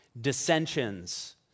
Dissensions